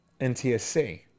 NTSC